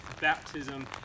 baptism